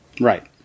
Right